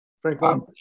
Frank